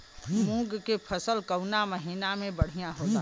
मुँग के फसल कउना महिना में बढ़ियां होला?